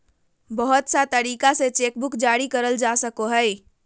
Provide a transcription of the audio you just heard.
बहुत सा तरीका से चेकबुक जारी करल जा सको हय